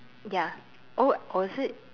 ya oh was it